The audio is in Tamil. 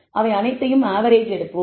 அவை அனைத்தையும் ஆவெரேஜ் எடுப்போம்